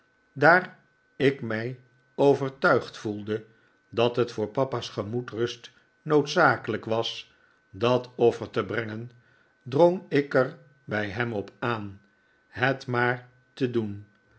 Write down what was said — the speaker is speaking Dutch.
daar ik mij overtuigd voelde dat het voor papa's gemoedsrust noodzakelijk was dat offer te brengen drong ik er bij hem op aan het maar te doen